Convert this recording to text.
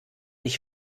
ich